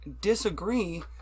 disagree